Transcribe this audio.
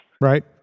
Right